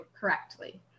correctly